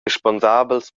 responsabels